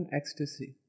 ecstasy